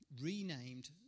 renamed